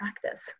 practice